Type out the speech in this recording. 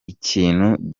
ikintu